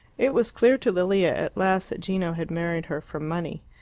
it was clear to lilia at last that gino had married her for money.